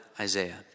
Isaiah